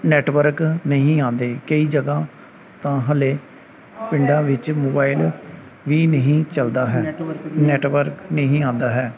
network ਨਹੀਂ ਆਉਂਦੇ ਕਈ ਜਗ੍ਹਾ ਤਾਂ ਹਾਲੇ ਪਿੰਡਾਂ ਵਿੱਚ ਮੋਬਾਇਲ ਵੀ ਨਹੀਂ ਚੱਲਦਾ ਹੈ ਨੈਟਵਰਕ ਨਹੀਂ ਆਉਂਦਾ ਹੈ